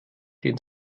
den